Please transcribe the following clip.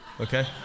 okay